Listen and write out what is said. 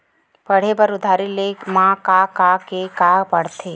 पढ़े बर उधारी ले मा का का के का पढ़ते?